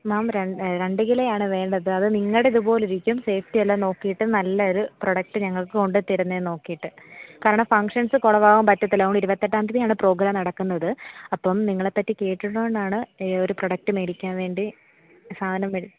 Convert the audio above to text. മാം ര രണ്ട് കിലോ ആണ് വേണ്ടത് അത് നിങ്ങളുടെ ഇതുപോലെ ഇരിക്കും സേഫ്റ്റി എല്ലാം നോക്കിയിട്ട് നല്ല ഒരു പ്രൊഡക്റ്റ് ഞങ്ങൾക്ക് കൊണ്ട് തരുന്നതെന്ന് നോക്കിയിട്ട് കാരണം ഫംഗ്ഷൻസ് കുളമാകാൻ പറ്റില്ല അതുകൊണ്ട് ഇരുപത്തെട്ടാം തീയതിയാണ് പ്രോഗ്രാം നടക്കുന്നത് അപ്പം നിങ്ങളെ പറ്റി കേട്ടതുകൊണ്ടാണ് ഈ ഒരു പ്രൊഡക്റ്റ് മേടിക്കാൻ വേണ്ടി സാധനം വേ